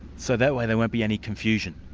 so that way, there won't be any confusion.